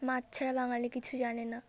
মাছ ছাড়া বাঙালি কিছু জানে না